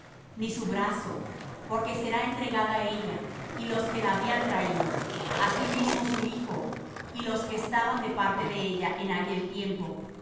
ni su brazo porque será entregada ella y los que la habían traído asimismo su hijo y los que estaban de parte de ella en aquel tiempo